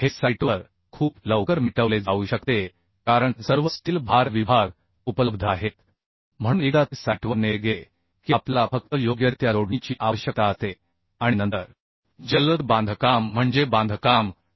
हे साइटवर खूप लवकर मिटवले जाऊ शकते कारण सर्व स्टील भार विभाग उपलब्ध आहेत म्हणून एकदा ते साइटवर नेले गेले की आपल्याला फक्त योग्यरित्या जोडणीची आवश्यकता असते आणि नंतर आपल्या इच्छेनुसार आपण स्ट्रक्चर उभारू शकतो दुसरी गोष्ट म्हणजे जागेचा बांधकामाचा वेळ कमी करणे